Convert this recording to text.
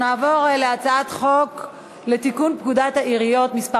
נעבור להצעת חוק לתיקון פקודת העיריות (מס'